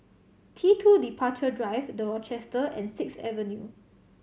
T Two Departure Drive The Rochester and Sixth Avenue